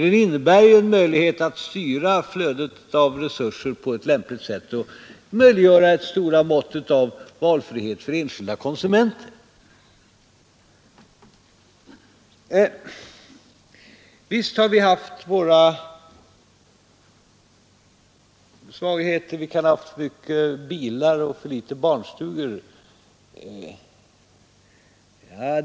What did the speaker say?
Den innebär ju en möjlighet att styra flödet av resurser på ett lämpligt sätt och möjliggör stora mått av valfrihet för enskilda konsumenter. Visst har vi haft våra svagheter. Jag delar den uppfattningen att vi kan ha haft för mycket bilar och för litet barnstugor.